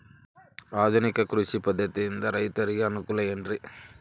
ಆಧುನಿಕ ಕೃಷಿ ಪದ್ಧತಿಯಿಂದ ರೈತರಿಗೆ ಅನುಕೂಲ ಏನ್ರಿ?